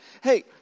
Hey